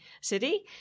city